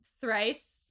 thrice